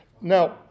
Now